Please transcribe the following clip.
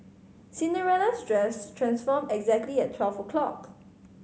Cinderella's dress transformed exactly at twelve o'clock